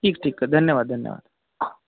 ठीक ठीक धन्यवाद धन्यवाद